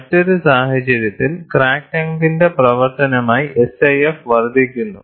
മറ്റൊരു സാഹചര്യത്തിൽ ക്രാക്ക് ലെങ്തിന്റെ പ്രവർത്തനമായി SIF വർദ്ധിക്കുന്നു